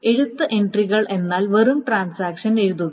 എഴുത്ത് എൻട്രികൾ എന്നാൽ വെറും ട്രാൻസാക്ഷൻ എഴുതുക